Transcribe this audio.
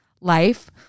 life